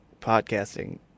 podcasting